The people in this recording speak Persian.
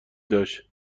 داشت